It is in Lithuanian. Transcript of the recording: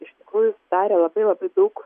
iš tikrųjų sudarė labai labai daug